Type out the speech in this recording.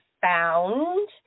found